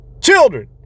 children